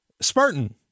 Spartan